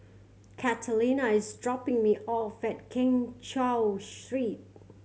Catalina is dropping me off at Keng Cheow Street